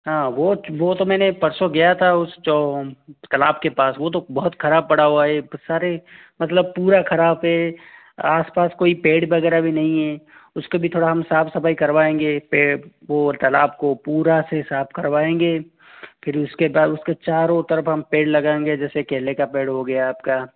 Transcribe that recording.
हाँ वोच वह तो मैंने परसों गया था उस चौं तालाब के पास वह तो बहुत ख़राब पड़ा हुआ है एक तो सारे मतलब पूरा ख़राब पेड़ आस पास कोई पेड़ वगैरह भी नहीं हैं उसकी भी थोड़ा हम साफ़ सफाई करवाएंगे पेड़ वह तलाब को पूरा से साफ़ करवाएंगे फिर उसके बाद उसके चारों तरफ हम पेड़ लगाएंगे जैसे केले का पेड़ हो गया आपका